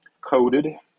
coated